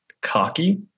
cocky